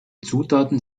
zutaten